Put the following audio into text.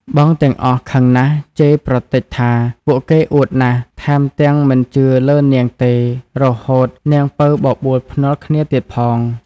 បងទាំងអស់ខឹងណាស់ជេរប្រទេចថា ពួកគេអួតណាស់ ថែមទាំងមិនជឿលើនាងទេរហូតនាងពៅបបួល ភ្នាល់គ្នាទៀតផង។